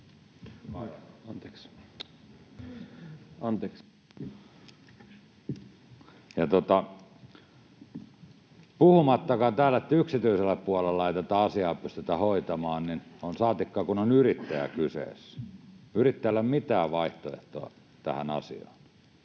papereita sitä aikaa. Yksityisellä puolella ei tätä asiaa pystytä näin hoitamaan — saatikka, kun on yrittäjä kyseessä. Yrittäjällä ei ole mitään vaihtoehtoa tähän asiaan.